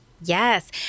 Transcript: Yes